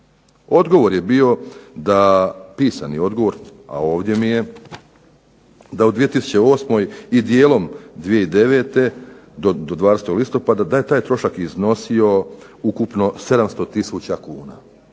Odgovor je bio da, pisani odgovor, a ovdje mi je, da u 2008. i dijelom 2009. do 20. listopada da je taj trošak iznosio ukupno 700 tisuća kuna